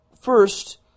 first